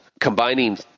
Combining